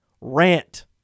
rant